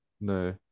No